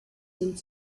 sind